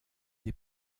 des